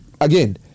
again